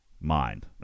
mind